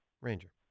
Ranger